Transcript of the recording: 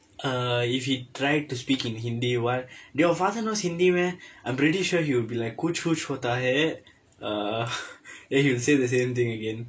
err if he tried to speak in hindi [what] do your father knows hindi meh I'm pretty sure he'll be like err then he will say the same thing again